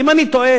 ואם אני טועה,